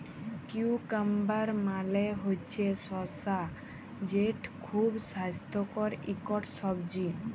cucumber মালে হছে শসা যেট খুব স্বাস্থ্যকর ইকট সবজি